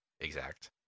exact